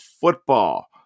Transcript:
football